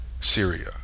Syria